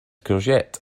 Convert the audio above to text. courgette